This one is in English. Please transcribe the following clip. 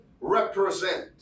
represent